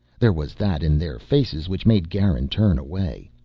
there was that in their faces which made garin turn away.